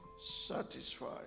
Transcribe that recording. satisfied